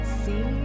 see